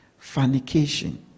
fornication